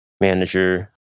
manager